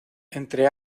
entre